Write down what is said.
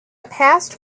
past